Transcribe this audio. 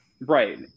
Right